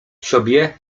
sobie